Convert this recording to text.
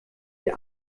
die